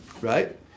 right